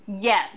Yes